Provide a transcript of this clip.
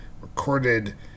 recorded